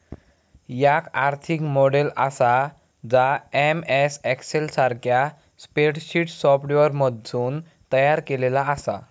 याक आर्थिक मॉडेल आसा जा एम.एस एक्सेल सारख्या स्प्रेडशीट सॉफ्टवेअरमधसून तयार केलेला आसा